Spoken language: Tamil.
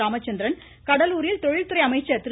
ராமசந்திரன் கடலூரில் தொழில்துறை அமைச்சர் திரு